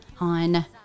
on